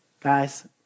Guys